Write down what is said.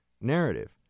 narrative